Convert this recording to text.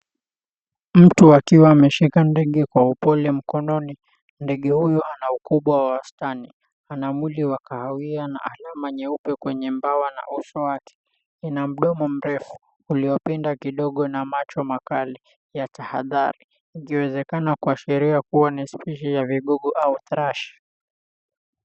Mtu akiwa ameshika ndege kwa upole mkononi, ndege huyu ana ukubwa wa wastani, ana mwili wa kahawia na alama nyeupe kwenye bawa na uso wake. Ina mdomo mrefu uliopinda kidogo na macho makali ya tahadhari ikiwezekana kuashiria kua ni species ya vigugu au thrush .